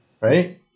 Right